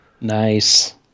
nice